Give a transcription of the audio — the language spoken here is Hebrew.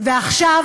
ועכשיו